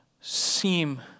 seem